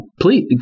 Please